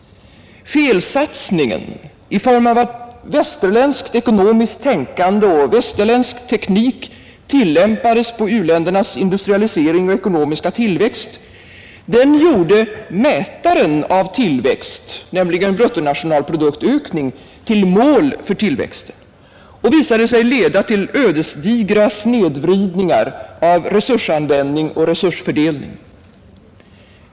Felsatsningen, i form av att västerländskt ekonomiskt tänkande och västerländsk teknik tillämpades på u-ländernas industrialisering och ekonomiska tillväxt, gjorde mätaren av tillväxt — nämligen bruttonationalproduktsökningen — till mål för tillväxten och visade sig leda till ödesdigra snedvridningar av resursanvändning och resursfördelning.